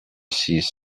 six